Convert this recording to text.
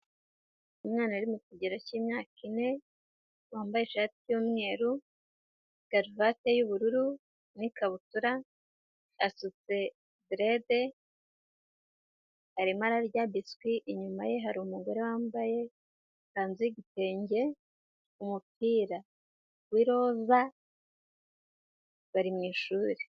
Umwana ari mu kigero cy'imyaka ine, wambaye ishati y'umweru, karuvate y'ubururu, n'ikabutura asutse derede, arimo ararya biswi, inyuma ye hari umugore wambaye ikanzu y'igitenge, umupira w'iroza bari mu ishuri.